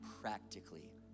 practically